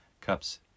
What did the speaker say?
cups